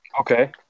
Okay